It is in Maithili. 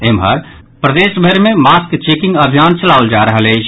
एम्हर प्रदेशभरि मे मास्क चेकिंग अभियान चलाओल जा रहल अछि